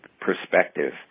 perspective